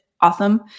awesome